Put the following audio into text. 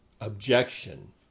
objection